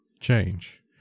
change